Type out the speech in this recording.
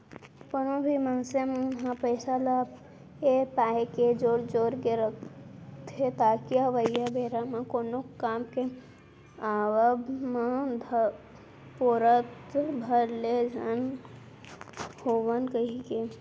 कोनो भी मनसे मन ह पइसा ल ए पाय के जोर जोर के रखथे ताकि अवइया बेरा म कोनो काम के आवब म धपोरत भर ले झन होवन कहिके